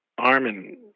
Armin